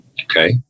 okay